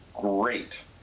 great